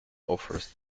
offers